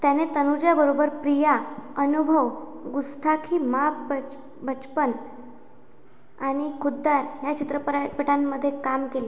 त्याने तनुजाबरोबर प्रिया अनुभव गुस्ताखी माफ बच बचपन आणि खुद्दार ह्या चित्रपरां पटांमध्ये काम केले